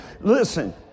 Listen